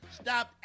stop